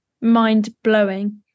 mind-blowing